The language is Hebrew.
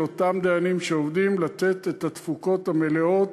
אותם דיינים שעובדים לתת את התפוקות המלאות